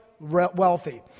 wealthy